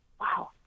Wow